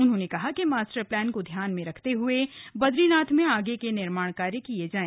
उन्होंने कहा कि मास्टर प्लान को ध्यान में रखते हुए ही बद्रीनाथ में आगे के निर्माण कार्य किए जाए